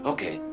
Okay